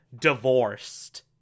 divorced